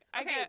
Okay